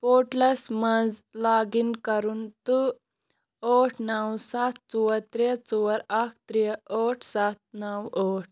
پورٹلس منٛز log in کَرُن تہٕ ٲٹھ نو ستھ ژور ترٛےٚ ژور اَکھ ترٛےٚ ٲٹھ ستھ نو ٲٹھ